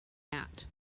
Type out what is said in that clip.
out